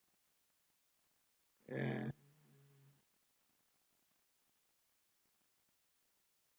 ya